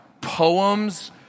poems